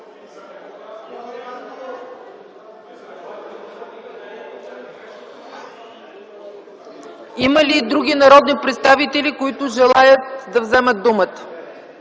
Има ли други народни представители, които желаят да вземат думата?